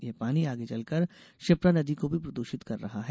यह पानी आगे चलकर क्षिप्रा नदी को भी प्रदूषित कर रहा है